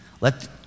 Let